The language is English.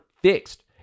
fixed